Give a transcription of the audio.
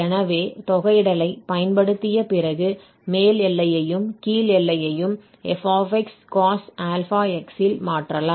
எனவே தொகையிடலை பயன்படுத்திய பிறகு மேல் எல்லையையும் கீழ் எல்லையையும் fcos αx இல் மாற்றலாம்